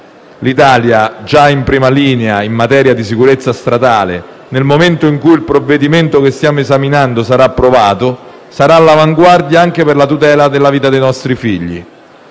L'Italia, già in prima linea in materia di sicurezza stradale, nel momento in cui il provvedimento che stiamo esaminando sarà approvato sarà all'avanguardia anche per la tutela della vita dei nostri figli.